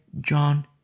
John